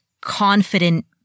confident